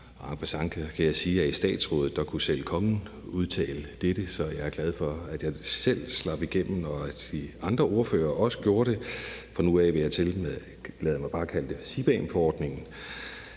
en passant kan jeg sige, at i statsrådet kunne selv kongen udtale dette. Så jeg er glad for, at jeg selv slap igennem, og at de andre ordførere også gjorde det. Fra nu af vil jeg tillade mig bare at kalde det for CBAM-forordningen.